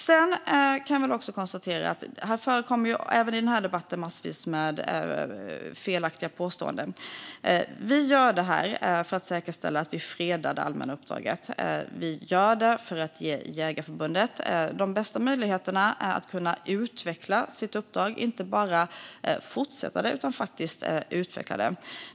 Sedan kan jag väl också konstatera att det även i den här debatten förekommer massvis med felaktiga påståenden. Vi gör det här för att säkerställa att vi fredar det allmänna uppdraget. Vi gör det för att ge Jägareförbundet de bästa möjligheterna att utveckla sitt uppdrag - inte bara fortsätta det utan faktiskt utveckla det.